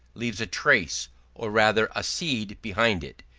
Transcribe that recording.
leaves a trace or rather a seed behind it.